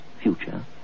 future